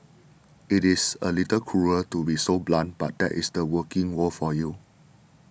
it is a little cruel to be so blunt but that is the working world for you